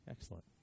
Excellent